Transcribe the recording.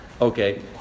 okay